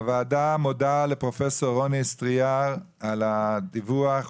הוועדה מודה לפרופ' רוני סטריאר על הדיווח,